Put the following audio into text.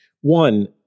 One